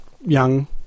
young